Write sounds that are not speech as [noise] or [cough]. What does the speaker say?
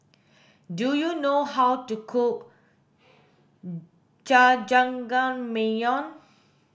do you know how to cook [hesitation] Jajangmyeon